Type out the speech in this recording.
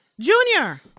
Junior